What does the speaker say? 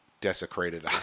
desecrated